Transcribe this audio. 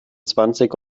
zwanzig